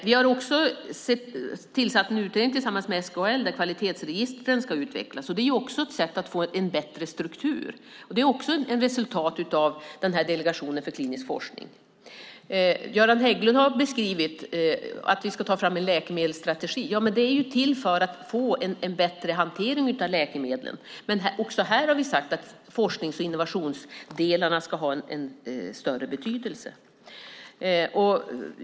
Vi har också tillsatt en utredning tillsammans med SKL, där kvalitetsregistren ska utvecklas. Det är också ett sätt att få en bättre struktur, och det är också ett resultat av delegationen för klinisk forskning. Göran Hägglund har beskrivit att vi ska ta fram en läkemedelsstrategi som är till för att få en bättre hantering av läkemedlen. Också här har vi sagt att forsknings och innovationsdelarna ska ha en större betydelse.